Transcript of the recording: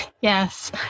Yes